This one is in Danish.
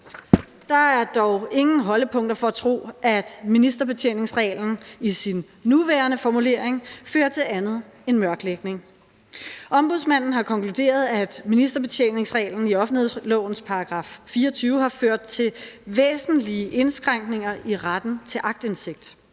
Der er dog ingen holdepunkter for at tro, at ministerbetjeningsreglen i sin nuværende formulering fører til andet end mørklægning. Ombudsmanden har konkluderet, at ministerbetjeningsreglen i offentlighedslovens § 24 har ført til væsentlige indskrænkninger i retten til aktindsigt.